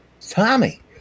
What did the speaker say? tommy